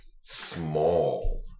small